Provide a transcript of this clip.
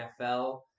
NFL